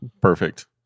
perfect